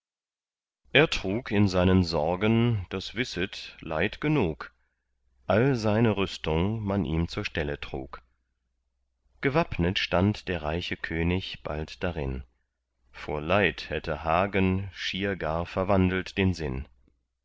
er trug in seinen sorgen das wisset leid genug all seine rüstung man ihm zur stelle trug gewappnet stand der reiche könig bald darin vor leid hätte hagen schier gar verwandelt den sinn